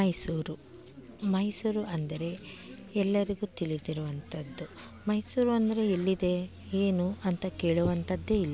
ಮೈಸೂರು ಮೈಸೂರು ಅಂದರೆ ಎಲ್ಲರಿಗೂ ತಿಳಿದಿರುವಂಥದ್ದು ಮೈಸೂರು ಅಂದರೆ ಎಲ್ಲಿದೆ ಏನು ಅಂತ ಕೇಳುವಂಥದ್ದೇ ಇಲ್ಲ